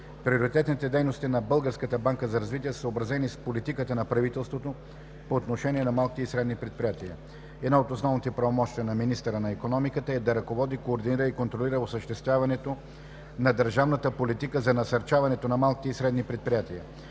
Приоритетните дейности на Българската банка за развитие са съобразени с политиката на правителството по отношение на малките и средните предприятия. Едно от основните правомощия на министъра на икономиката е да ръководи, координира и контролира осъществяването на държавната политика за насърчаването на малките и средните предприятия.